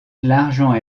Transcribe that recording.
l’argent